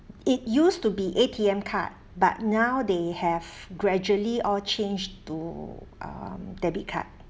it used to be A_T_M card but now they have gradually all changed to um debit card